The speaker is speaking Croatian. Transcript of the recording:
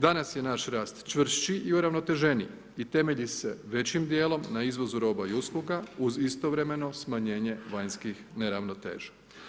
Danas je naš rast čvršći i uravnoteženiji i temelji se većim dijelom na izvozu roba i usluga uz istovremeno smanjenje vanjskih neravnoteža.